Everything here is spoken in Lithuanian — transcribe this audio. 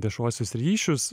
viešuosius ryšius